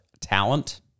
talent